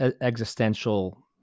existential